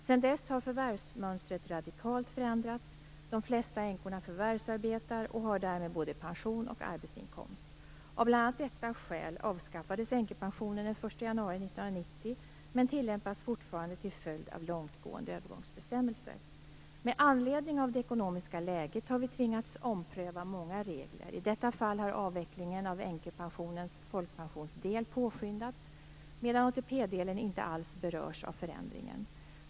Sedan dess har förvärvsmönstret radikalt förändrats. De flesta änkorna förvärvsarbetar och har därmed både pension och arbetsinkomst. Av bl.a. detta skäl avskaffades änkepensionen den 1 januari 1990, men tillämpas fortfarande till följd av långtgående övergångsbestämmelser. Med anledning av det ekonomiska läget har vi tvingats ompröva många regler. I detta fall har avvecklingen av änkepensionens folkpensionsdel påskyndats medan ATP-delen inte alls berörs av förändringen.